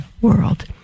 world